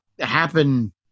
happen